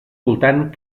voltant